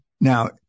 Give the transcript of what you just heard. Now